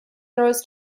throws